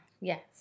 Yes